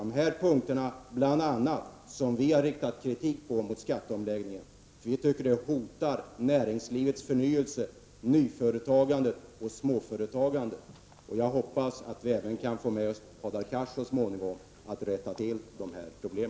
Det är bl.a. på dessa punkter vi har riktat kritik mot skatteomläggningen. Vi tycker att den hotar näringslivets förnyelse, nyföretagandet och småföretagandet. Jag hoppas att vi så småningom även kan få med Hadar Cars när det gäller att rätta till dessa problem.